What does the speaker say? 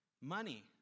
money